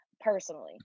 personally